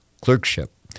clerkship